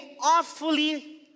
awfully